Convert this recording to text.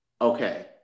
Okay